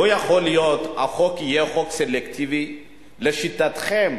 לא יכול להיות שהחוק יהיה חוק סלקטיבי, לשיטתכם.